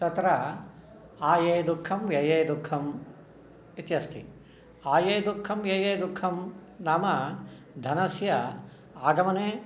तत्र आये दुःखं व्यये दुःखं इत्यस्ति आये दुःखं व्यये दुःखं नाम धनस्य आगमने